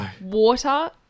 water